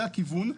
זה הכיוון.